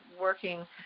working